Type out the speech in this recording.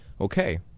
okay